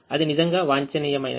అది నిజంగా వాంఛనీయమైనది